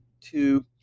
two